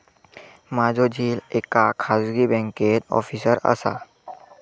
माझो झिल एका खाजगी बँकेत ऑफिसर असा